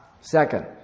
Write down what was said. second